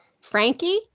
Frankie